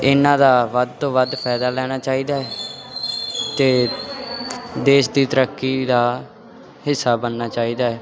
ਇਹਨਾਂ ਦਾ ਵੱਧ ਤੋਂ ਵੱਧ ਫਾਇਦਾ ਲੈਣਾ ਚਾਹੀਦਾ ਅਤੇ ਦੇਸ਼ ਦੀ ਤਰੱਕੀ ਦਾ ਹਿੱਸਾ ਬਣਨਾ ਚਾਹੀਦਾ ਹੈ